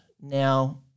Now